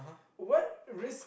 what risks